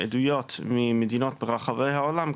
עדויות ממדינות ברחבי העולם,